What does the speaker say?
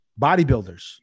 Bodybuilders